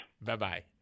Bye-bye